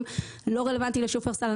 לא רלוונטי לשופרסל,